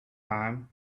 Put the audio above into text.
time